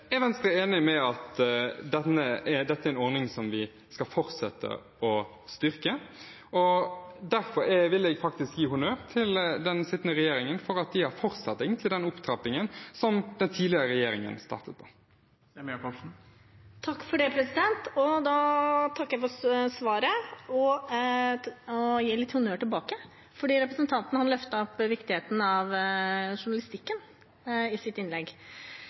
en ordning som vi skal fortsette å styrke. Derfor vil jeg gi honnør til den sittende regjeringen for at de har fortsatt den opptrappingen som den tidligere regjeringen startet. Jeg takker for svaret og vil gi litt honnør tilbake, for representanten løftet opp viktigheten av journalistikken i sitt innlegg.